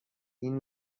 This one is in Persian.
این